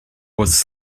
was